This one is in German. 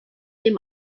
dem